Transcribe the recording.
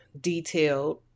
detailed